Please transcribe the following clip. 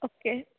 okay